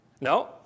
No